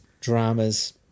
dramas